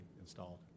installed